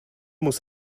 muss